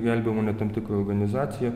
gelbėjimo net tam tikra organizacija